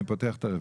אני פותח אותה,